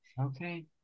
Okay